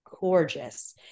gorgeous